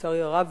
לצערי הרב,